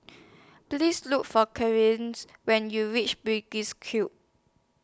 Please Look For when YOU REACH Bugis Cube